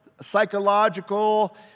psychological